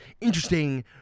interesting